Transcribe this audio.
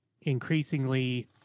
increasingly